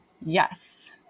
yes